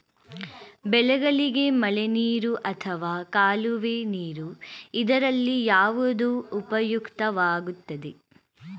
ಬೆಳೆಗಳಿಗೆ ಮಳೆನೀರು ಅಥವಾ ಕಾಲುವೆ ನೀರು ಇದರಲ್ಲಿ ಯಾವುದು ಉಪಯುಕ್ತವಾಗುತ್ತದೆ?